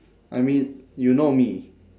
I mean you know me